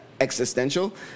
existential